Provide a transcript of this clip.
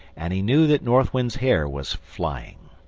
and he knew that north wind's hair was flying.